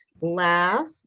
laugh